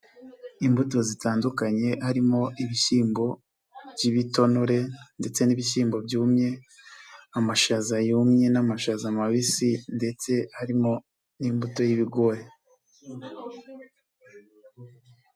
Imbuto zitandukanye harimo ibishyimbo by'ibitonore ndetse n'ibishyimbo byumye, amashaza yumye n'amashaza mabisi ndetse arimo n'ibuto y'ibigori.